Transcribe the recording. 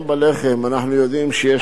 גם בלחם אנחנו יודעים שיש,